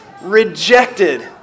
rejected